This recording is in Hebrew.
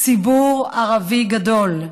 ציבור ערבי גדול,